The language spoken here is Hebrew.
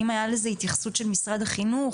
האם הייתה לזה התייחסות של משרד החינוך?